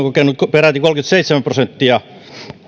peräti kolmekymmentäseitsemän prosenttia